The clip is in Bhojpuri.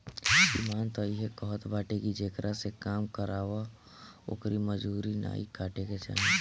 इमान तअ इहे कहत बाटे की जेकरा से काम करावअ ओकर मजूरी नाइ काटे के चाही